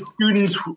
Students